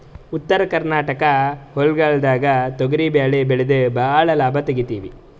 ಉತ್ತರ ಕರ್ನಾಟಕ ಹೊಲ್ಗೊಳ್ದಾಗ್ ತೊಗರಿ ಭಾಳ್ ಬೆಳೆದು ಭಾಳ್ ಲಾಭ ತೆಗಿತೀವಿ